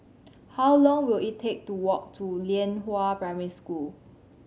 how long will it take to walk to Lianhua Primary School